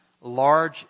large